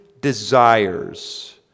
desires